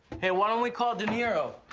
hey, why don't we call de niro?